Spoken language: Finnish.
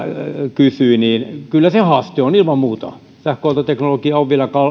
kysyi kyllä se haaste on ilman muuta sähköautoteknologia on vielä